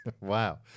Wow